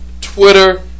twitter